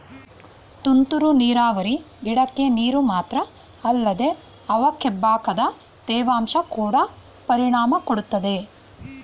ತುಂತುರು ನೀರಾವರಿ ಗಿಡಕ್ಕೆ ನೀರು ಮಾತ್ರ ಅಲ್ದೆ ಅವಕ್ಬೇಕಾದ ತೇವಾಂಶ ಕೊಡ ಪರಿಣಾಮ ಕೊಡುತ್ತೆ